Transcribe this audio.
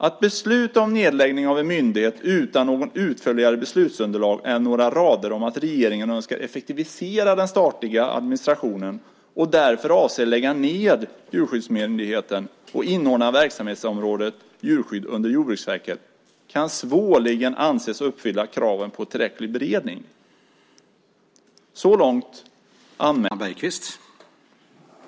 Att besluta om nedläggning av en myndighet utan något utförligare beslutsunderlag än några rader om att regeringen önskar effektivisera den statliga administrationen och därför avser att lägga ned Djurskyddsmyndigheten och inordna verksamhetsområdet djurskydd under Jordbruksverket kan svårligen anses uppfylla kraven på tillräcklig beredning. Så långt anmälan. Svaret på den sistnämnda frågan från Helena Leander är väl ganska klart: Nej, det kan inte betraktas som tillräcklig beredning.